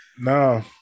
No